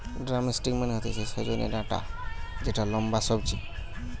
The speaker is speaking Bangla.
ড্রামস্টিক মানে হতিছে সজনে ডাটা যেটা লম্বা সবজি